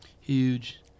Huge